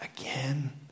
again